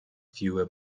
fewer